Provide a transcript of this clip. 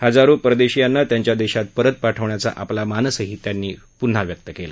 हजारो परदेशीयांना त्यांच्या देशात परत पाठवण्याचा आपला मानसही त्यांनी पुन्हा व्यक केला